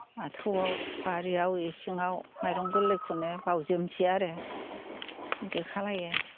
बाथौआव बारियाव इसिङाव माइरं गोरलैखौनो बाउजोबनोसै आरो बिदि खालामो